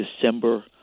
December